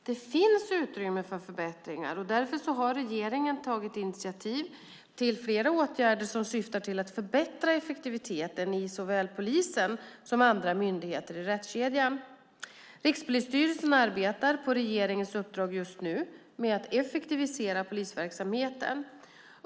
Det finns utrymme för förbättringar och därför har regeringen tagit initiativ till flera åtgärder som syftar till att förbättra effektiviteten inom såväl polisen som andra myndigheter i rättskedjan. Rikspolisstyrelsen arbetar på regeringens uppdrag just nu med att effektivisera polisverksamheten.